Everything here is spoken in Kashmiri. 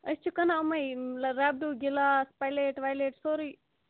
أسۍ چھِ کٕنان یِمَے ربڈوٗ گِلاس پلیٹ ولیٹ سورٕے